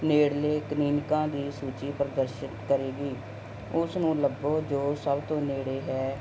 ਨੇੜਲੇ ਕਲੀਨਿਕਾਂ ਦੀ ਸੂਚੀ ਪ੍ਰਦਰਸ਼ਿਤ ਕਰੇਗੀ ਉਸ ਨੂੰ ਲੱਭੋ ਜੋ ਸਭ ਤੋਂ ਨੇੜੇ ਹੈ